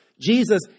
Jesus